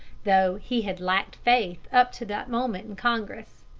though he had lacked faith up to that moment in congress.